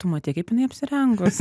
tu matei kaip jinai apsirengus